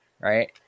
right